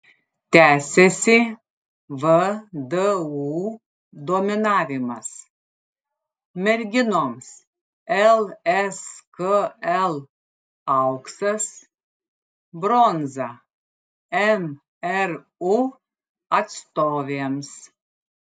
tęsiasi vdu dominavimas merginoms lskl auksas bronza mru atstovėms